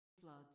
Floods